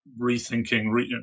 rethinking